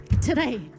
today